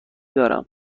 دارم